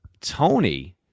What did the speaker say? Tony